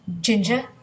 Ginger